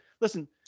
Listen